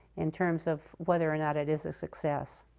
in terms of whether or not it is a success.